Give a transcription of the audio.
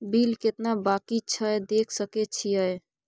Bill केतना बाँकी छै देख सके छियै?